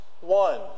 one